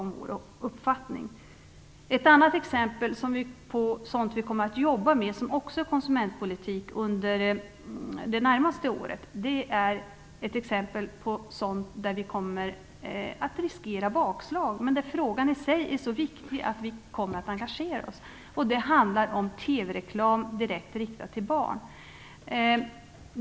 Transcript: När det gäller ett annat exempel på sådant som vi kommer att jobba med inom konsumentpolitiken under det närmaste året riskerar vi ett bakslag, men vi anser att frågan i sig är så viktig att vi ändå kommer att engagera oss. Det handlar om TV-reklam direkt riktad till barn.